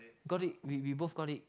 got it we we both got it